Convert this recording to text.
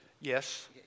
Yes